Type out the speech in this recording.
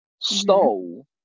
stole